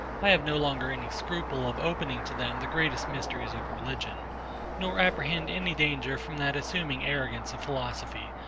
i have no longer any scruple of opening to them the greatest mysteries of religion nor apprehend any danger from that assuming arrogance of philosophy,